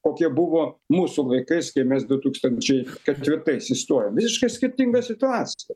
kokie buvo mūsų laikais kai mes du tūkstančiai ketvirtais įstojom visiškai skirtinga situacija